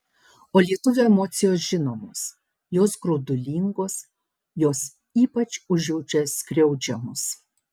o lietuvio emocijos žinomos jos graudulingos jos ypač užjaučia skriaudžiamus